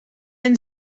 een